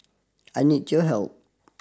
I need your help